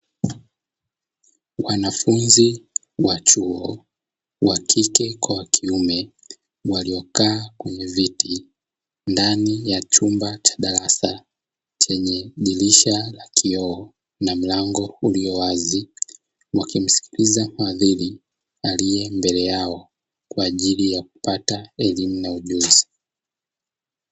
Wanafunzi wa chuo, wakike kwa wakiume waliyokaa kwenye viti ndani ya chumba cha darasa chenye dirisha la kioo na mlango uliyowazi, wakimsikiliza mhadhiri aliyembele yao kwa ajili ya kupata elimu na ujuzi.